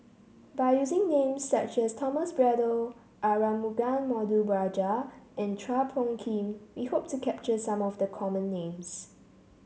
by using names such as Thomas Braddell Arumugam Ponnu Rajah and Chua Phung Kim we hope to capture some of the common names